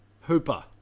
Hooper